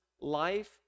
life